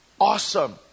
awesome